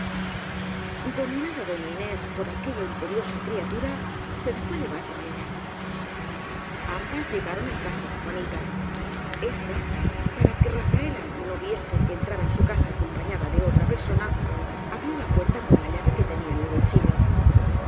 dominada doña inés por aquella imperiosa cria tura se dejó llevar por ella ambas llegaron á casa de juanita ésta para que rafaela no viese que entraba en su casa acompa ñada de otra persona abrió la puerta con la llave que tenía en el bolsillo